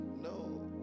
no